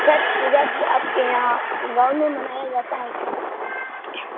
چھٹ پوجا بھی آپ کے یہاں گاؤں میں منایا جاتا ہے کیا